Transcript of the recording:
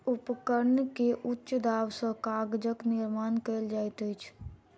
उपकरण के उच्च दाब सॅ कागजक निर्माण कयल जाइत अछि